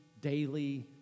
daily